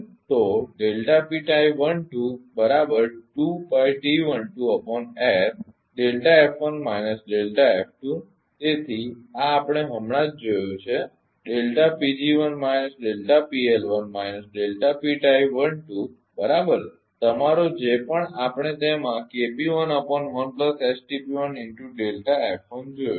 તો તેથી આ આપણે હમણાં જોયું છે બરાબર તમારો જે પણ આપણે તેમાં જોયું છે